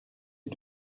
you